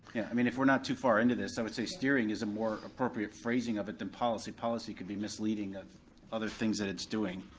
i mean if we're not too far into this, i would say steering is a more appropriate phrasing of it than policy, policy could be misleading of other things that it's doing.